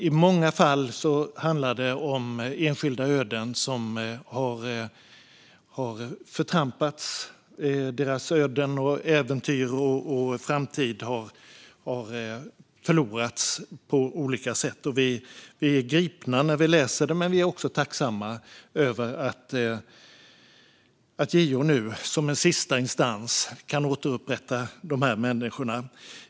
I många fall handlar det om enskilda som har förtrampats och vars öden, äventyr och framtid har förlorats på olika sätt. Vi blir gripna när vi läser om det men också tacksamma över att JO nu, som sista instans, kan återupprätta dessa människor.